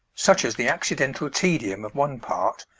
such as the accidental tedium of one part,